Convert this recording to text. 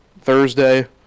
Thursday